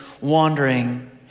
wandering